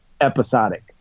episodic